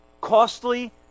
costly